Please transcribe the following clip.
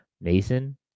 Mason